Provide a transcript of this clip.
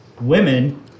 women